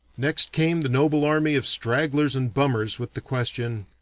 next came the noble army of stragglers and bummers with the question,